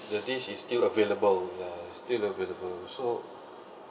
the dish is still available uh still available so